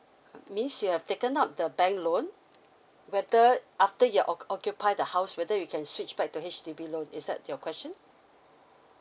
um means you have taken up the bank loan whether after you oc~ occupy the house whether you can switch back to H_D_B loan is that your question